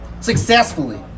Successfully